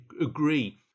agree